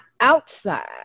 outside